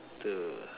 to